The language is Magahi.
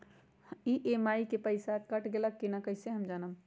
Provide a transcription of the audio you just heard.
ई.एम.आई के पईसा कट गेलक कि ना कइसे हम जानब?